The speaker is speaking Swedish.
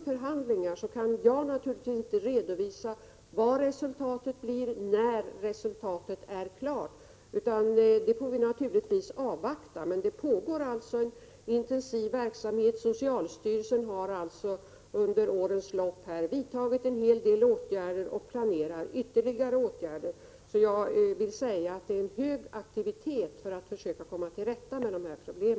förhandlingar pågår kan jag naturligtvis inte redovisa vad resultatet blir och när resultatet blir klart. Det får vi avvakta. En intensiv verksamhet pågår. Socialstyrelsen har under årens lopp vidtagit en hel del åtgärder och planerar ytterligare åtgärder. Det pågår en hög aktivitet för att försöka komma till rätta med dessa problem.